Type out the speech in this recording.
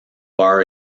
bar